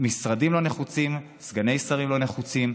משרדים לא נחוצים, סגני שרים לא נחוצים,